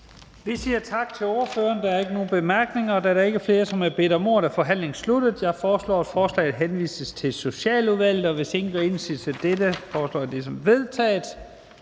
Vi siger tak til ministeren. Der er ingen korte bemærkninger. Da der ikke er flere, der har bedt om ordet, er forhandlingen sluttet. Jeg foreslår, at lovforslaget henvises til Kulturudvalget. Hvis ingen gør indsigelse, betragter jeg det som vedtaget.